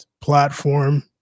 platform